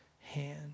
hand